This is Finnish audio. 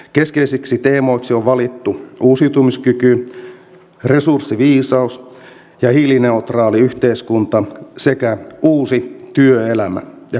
keskeisiksi teemoiksi on valittu uusiutumiskyky resurssiviisaus ja hiilineutraali yhteiskunta sekä uusi työelämä ja kestävä talous